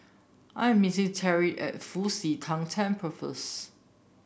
I am meeting Teri at Fu Xi Tang Temple first